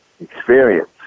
Experience